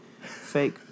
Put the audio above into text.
fake